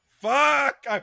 Fuck